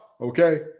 okay